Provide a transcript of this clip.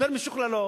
יותר משוכללות,